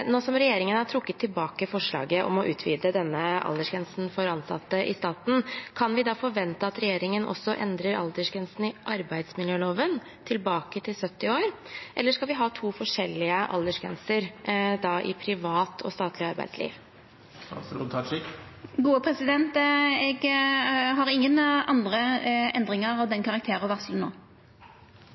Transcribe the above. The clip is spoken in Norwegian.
som regjeringen har trukket tilbake forslaget om å utvide denne aldersgrensen for ansatte i staten, kan vi da forvente at regjeringen også endrer aldersgrensen i arbeidsmiljøloven tilbake til 70 år, eller skal vi ha to forskjellige aldersgrenser i privat og statlig arbeidsliv? Eg har ingen andre endringar av slik karakter